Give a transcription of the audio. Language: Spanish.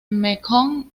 mekong